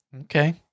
Okay